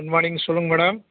good மானிங் சொல்லுங்கள் madam